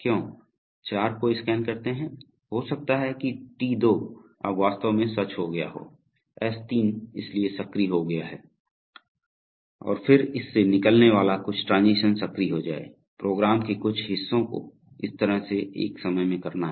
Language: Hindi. क्यों चार को स्कैन करते हैं हो सकता है कि T2 अब वास्तव में सच हो गया हो S3 इसलिए सक्रिय हो गया है और फिर इससे निकलने वाला कुछ ट्रांजीशन सक्रिय हो जाए प्रोग्राम के कुछ हिस्सों को इस तरह से एक समय में करना है